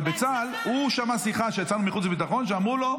הוא שמע שיחה כשיצאנו מחוץ וביטחון, אמרו לו: